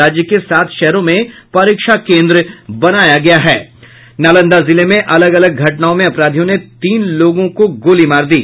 राज्य के सात शहरों में परीक्षा केन्द्र बनाया गया है नालंदा जिले में अलग अलग घटनाओं में अपराधियों ने तीन लोगों को गोली मार दी